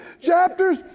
chapters